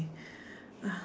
uh